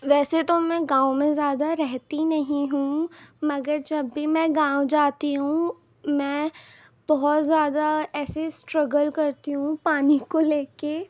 ویسے تو میں گاؤں میں زیادہ رہتی نہیں ہوں مگر جب بھی میں گاؤں جاتی ہوں میں بہت زیادہ ایسے اسٹرگل کرتی ہوں پانی کو لے کے